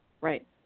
Right